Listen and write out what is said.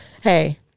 Hey